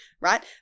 right